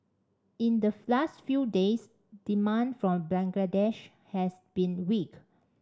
in the last few days demand from Bangladesh has been weak